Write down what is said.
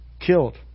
killed